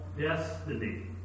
destiny